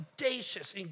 audacious